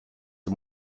and